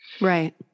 Right